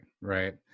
Right